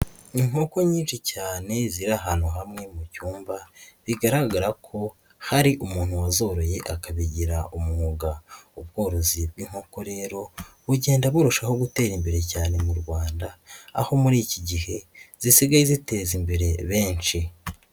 Inkoko nyinshi cyane ziri ahantu hamwe mu cyumba bigaragara ko hari umuntu wazoroye akabigira umwuga, ubworozi bw'inkoko rero bugenda burushaho gutera imbere cyane mu Rwanda, aho muri iki gihe zisigaye ziteza imbere benshi.